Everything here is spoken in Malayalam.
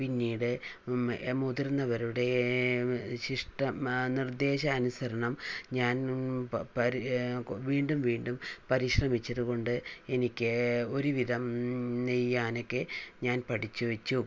പിന്നീട് മുതിർന്നവരുടെ ശിഷ്ടം നിർദ്ദേശാനുസരണം ഞാൻ വീണ്ടും വീണ്ടും പരിശ്രമിച്ചതു കൊണ്ട് എനിക്ക് ഒരുവിധം നെയ്യാനൊക്കെ ഞാൻ പഠിച്ചു വെച്ചു